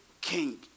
king